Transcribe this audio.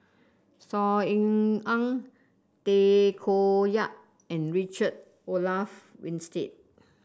Saw Ean Ang Tay Koh Yat and Richard Olaf Winstedt